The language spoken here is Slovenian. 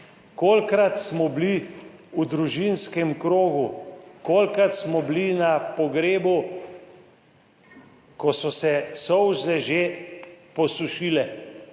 kolikokrat smo bili v družinskem krogu, kolikokrat smo bili na pogrebu, ko so se solze že posušile